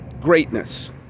greatness